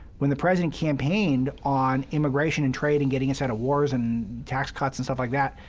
when the president campaigned on immigration and trade and getting us out of wars and tax cuts and stuff like that,